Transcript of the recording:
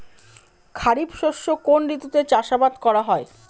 খরিফ শস্য কোন ঋতুতে চাষাবাদ করা হয়?